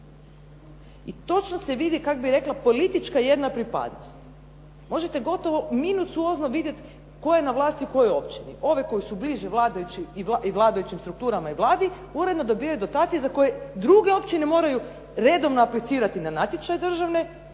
I točno se vidi, kako bi rekla, politička jedna pripadnost. Možete gotovo minucuozno vidjet tko je na vlasti u kojoj općini. Ove koji su bliži vladajućim strukturama i Vladi, uredno dobivaju dotacije za koje druge općine moraju redovno aplicirati na natječaje državne